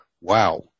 Wow